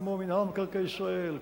כמו מינהל מקרקעי ישראל,